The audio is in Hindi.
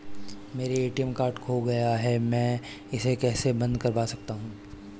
मेरा ए.टी.एम कार्ड खो गया है मैं इसे कैसे बंद करवा सकता हूँ?